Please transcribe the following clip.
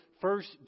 first